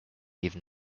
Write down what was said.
even